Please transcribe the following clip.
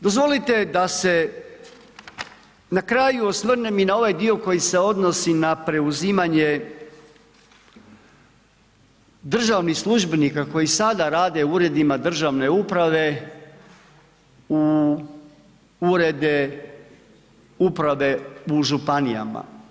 Dozvolite da se na kraju osvrnem i na ovaj dio koji se odnosi na preuzimanje državnih službenika koji sada rade u uredima državne uprave u urede uprave u županijama.